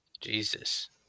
Jesus